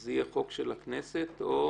זה יהיה חוק של הכנסת או